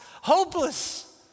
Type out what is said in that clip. hopeless